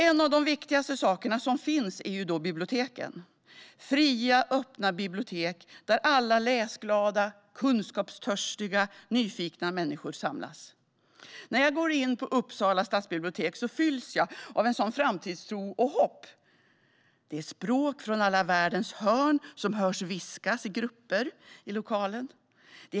En av de viktigaste sakerna som finns är biblioteken - fria, öppna bibliotek där alla läsglada, kunskapstörstiga, nyfikna människor samlas. När jag går in på Uppsala stadsbibliotek fylls jag av framtidstro och hopp. Språk från världens alla hörn hörs viskas i grupper i lokalen.